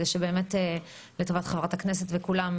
באמת לטובת חברת הכנסת וכולם.